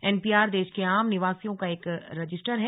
NPR देश के आम निवासियों का एक रजिस्टर है